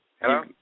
Hello